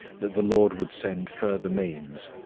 that the lord would send further means,